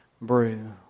Brew